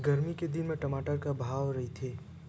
गरमी के दिन म टमाटर का भाव रहिथे?